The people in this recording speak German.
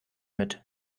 mit